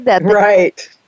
Right